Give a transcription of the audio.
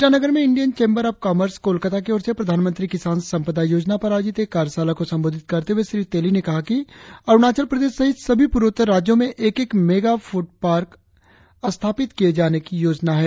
ईटानगर में Indian chamber of commerce Kolkata की ओर से प्रधानमंत्री किसान संपदा योजना पर आयोजित एक कार्यशाला को संबोधित करते हुए श्री तेली ने कहा कि अरुणाचल प्रदेश सहित सभी पूर्वोत्तर राज्यों में एक एक मेगा फूड पार्क स्थापित किए जाने की योजना है